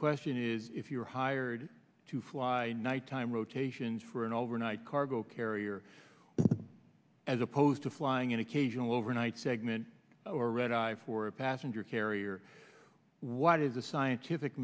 question is if you are hired to fly nighttime rotations for an overnight cargo carrier as opposed to flying an occasional overnight segment or redeye for a passenger carrier what is a scientific